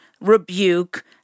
rebuke